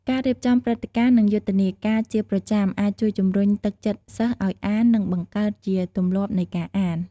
ការរៀបចំព្រឹត្តិការណ៍ និងយុទ្ធនាការជាប្រចាំ អាចជួយជំរុញទឹកចិត្តសិស្សឱ្យអាន និងបង្កើតជាទម្លាប់នៃការអាន។